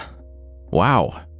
wow